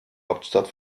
hauptstadt